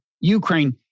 Ukraine